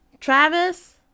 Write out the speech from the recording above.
Travis